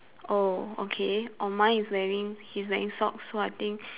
oh okay oh mine he's wearing he's wearing socks so I think